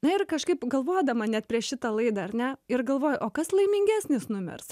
na ir kažkaip galvodama net prieš šitą laidą ar ne ir galvoju o kas laimingesnis numirs